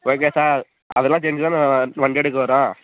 okay sir அதெலாம் தெரிஞ்சுதானே வண்டி எடுக்க வரோம்